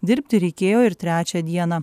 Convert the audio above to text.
dirbti reikėjo ir trečią dieną